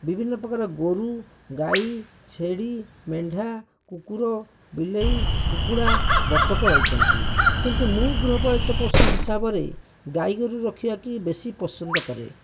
ବିଭିନ୍ନ ପ୍ରକାର ଗୋରୁ ଗାଈ ଛେଳି ମେଣ୍ଢା କୁକୁର ବିଲେଇ କୁକୁଡ଼ା ବତକ ରହିଛନ୍ତି କିନ୍ତୁ ମୁଁ ଗୃହପାଳିତ ପଶୁ ହିସାବରେ ଗାଈଗୋରୁ ରଖିବାକୁ ବେଶି ପସନ୍ଦ କରେ